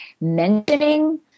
mentioning